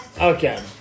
Okay